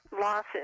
losses